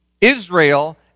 Israel